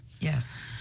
YES